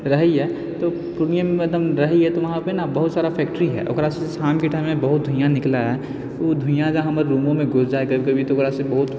रहैए तऽ पूर्णियामे मतलब रहैए तऽ वहाँपर ने बहुत सारा फैक्टरी हइ ओकरासँ शामके टाइममे बहुत धुइयाँ निकलै हइ ओ धुइयाँ हमर रूमोमे घुसि जा हइ कभी कभी तऽ ओकरासँ बहुत